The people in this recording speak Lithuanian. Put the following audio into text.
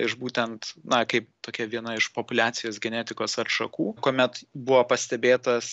iš būtent na kaip tokia viena iš populiacijos genetikos atšakų kuomet buvo pastebėtas